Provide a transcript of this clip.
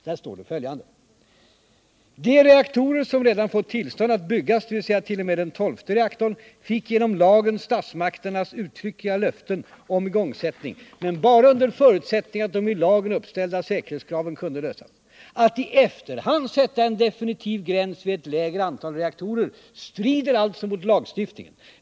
Han skriver följande: ”De reaktorer som redan fått tillstånd att byggas — dvs. t.o.m. den tolfte reaktorn —- fick genom lagen statsmakternas uttryckliga löfte om igångsättning, men bara under förutsättning att de i lagen uppställda säkerhetskraven kunde lösas. ——-- Att i efterhand sätta en definitiv gräns vid ett lägre antal reaktorer strider alltså mot lagstiftningen.